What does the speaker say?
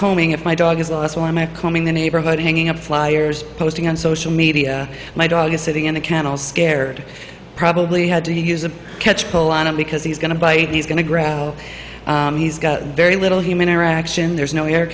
combing it my dog has lost one of my combing the neighborhood hanging up flyers posting on social media my dog is sitting in a kennel scared probably had to use a catch pole on him because he's going to bite he's going to growl he's got very little human interaction there's no air